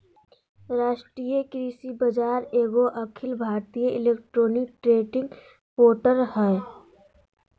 राष्ट्रीय कृषि बाजार एगो अखिल भारतीय इलेक्ट्रॉनिक ट्रेडिंग पोर्टल हइ